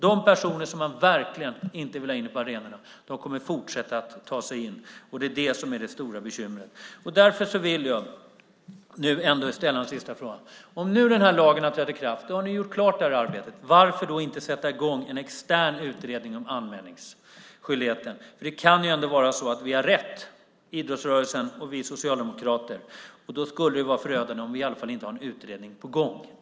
De personer som man verkligen inte vill ha inne på arenorna kommer att fortsätta att ta sig in, och det är det som är det stora bekymret. Därför vill jag nu ställa en sista fråga. När den här lagen nu har trätt i kraft har ni gjort klart det här arbetet. Varför då inte sätta i gång en extern utredning om anmälningsskyldigheten? Det kan ju ändå vara så att vi har rätt, idrottsrörelsen och vi socialdemokrater, och då skulle det vara förödande om ni i alla fall inte har en utredning på gång.